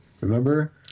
remember